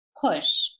push